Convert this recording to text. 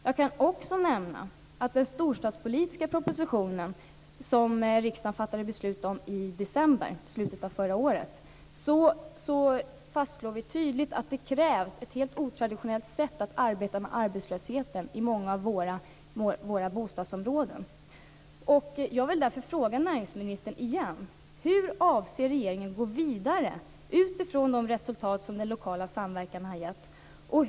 Jag kan också nämna att rörande storstadspolitiska propositionen, som riksdagen fattade beslut om i december förra året, fastslår vi tydligt att det krävs ett otraditionellt sätt att arbeta med arbetslösheten i många bostadsområden. Jag vill därför fråga näringsministern igen: Hur avser regeringen att gå vidare, med utgångspunkt i de resultat som den lokala samverkan har gett?